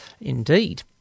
indeed